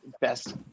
best